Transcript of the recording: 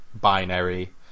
binary